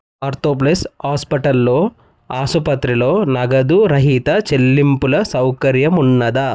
ortho Plus హాస్పిటల్లో ఆసుపత్రిలో నగదు రహిత చెల్లింపుల సౌకర్యం ఉన్నదా